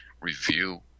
review